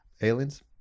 aliens